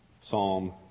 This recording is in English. Psalm